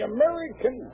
American